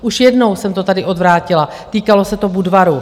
Už jednou jsem to tady odvrátila, týkalo se to Budvaru.